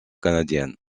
canadiennes